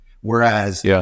Whereas